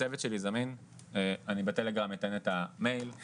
הצוות שלי זמין, אתן את המייל של בטלגרם.